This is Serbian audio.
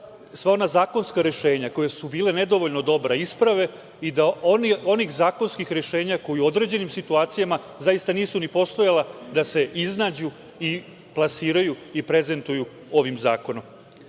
sva ona zakonska rešenja koja su bila nedovoljno dobra isprave i da onih zakonskih rešenja koji u određenim situacijama zaista nisu ni postojala, da se iznađu i plasiraju i prezentuju ovim zakonom. Dakle,